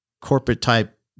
corporate-type